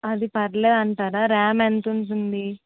అది పర్లేదంటారా ర్యామ్ ఎంతుంటుంది